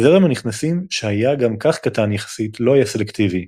זרם הנכנסים שהיה גם כך קטן יחסית לא היה סלקטיבי,